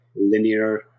linear